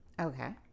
Okay